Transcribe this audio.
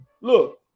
look